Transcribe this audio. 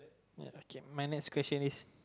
ya okay my next question is